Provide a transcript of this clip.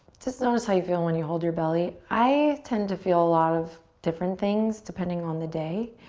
just notice how you feel when you hold your belly. i tend to feel a lot of different things depending on the day.